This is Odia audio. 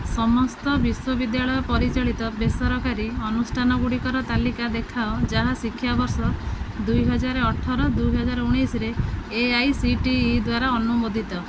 ସମସ୍ତ ବିଶ୍ୱବିଦ୍ୟାଳୟ ପରିଚାଳିତ ବେସରକାରୀ ଅନୁଷ୍ଠାନଗୁଡ଼ିକର ତାଲିକା ଦେଖାଅ ଯାହା ଶିକ୍ଷାବର୍ଷ ଦୁଇହଜାର ଅଠର ଦୁଇହଜାର ଉଣେଇଶିରେ A I C T E ଦ୍ଵାରା ଅନୁମୋଦିତ